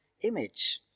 image